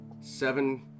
seven